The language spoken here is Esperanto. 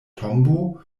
tombo